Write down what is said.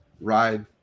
ride